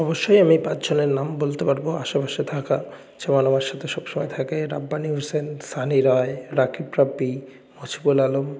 অবশ্যই আমি পাঁচজনের নাম বলতে পারব আশেপাশে থাকা যেমন আমার সাথে সবসময় থাকে রাব্বানি হুসেন সানি রায় রাকিব রাব্বি মুজিবুল আলম